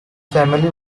family